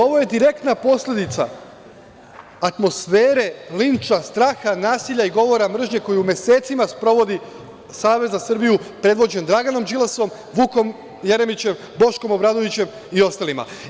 Ovo je direktna posledica atmosfere linča, straha, nasilja i govora mržnje koju mesecima sprovodi Savez za Srbiju predvođen Draganom Đilasom, Vukom Jeremićem, Boškom Obradovićem i ostalima.